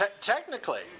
Technically